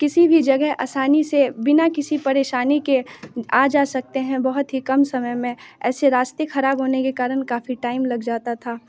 किसी भी जगह असानी से बिना किसी परेशानी के आ जा सकते हैं बहुत ही कम समय में ऐसे रास्ते ख़राब होने के कारण काफ़ी टाइम लग जाता था